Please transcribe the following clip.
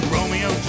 Romeo